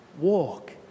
walk